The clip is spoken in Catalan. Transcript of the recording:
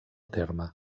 terme